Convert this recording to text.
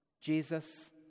Jesus